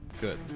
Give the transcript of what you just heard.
Good